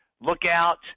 lookout